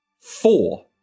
four